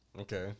Okay